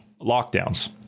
lockdowns